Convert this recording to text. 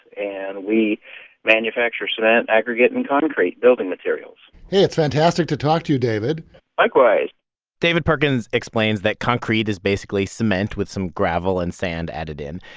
and we manufacture cement, aggregate and concrete building materials hey, it's fantastic to talk to you, david likewise david perkins explains that concrete is basically cement with some gravel and sand added in.